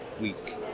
week